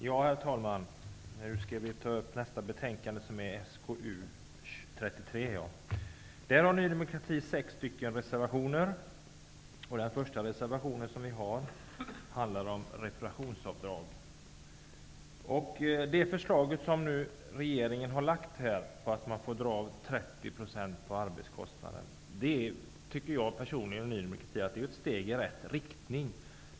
Herr talman! Vi behandlar nu skatteutskottets betänkande 33. Ny demokrati har sex reservationer som är fogade till detta betänkande. Den första reservationen handlar om reparationsavdrag. Regeringens förslag om att man skall få dra 30 % på arbetskostnaden tycker jag personligen och Ny demokrati är ett steg i rätt riktning.